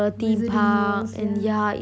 wizarding worlds yeah